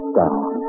down